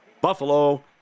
Buffalo